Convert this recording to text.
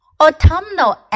Autumnal